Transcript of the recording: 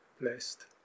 blessed